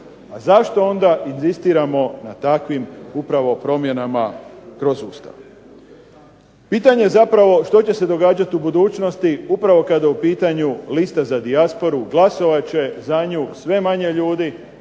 zašto onda inzistiramo na takvim upravo promjenama kroz Ustav? Pitanje zapravo, što će se događati u budućnosti upravo kada je u pitanju lista za dijasporu? Glasovat će za nju sve manje ljudi,